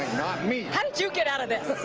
not me. how did you get out of this?